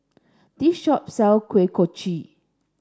this shop sell Kuih Kochi